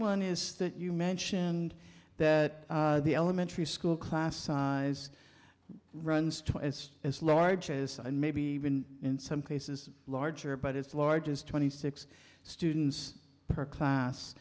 one is that you mentioned that the elementary school class size runs to as as large as and maybe even in some cases larger but it's largest twenty six students per class